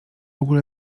ogóle